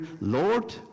Lord